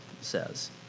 says